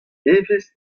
evezh